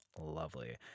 Lovely